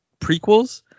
prequels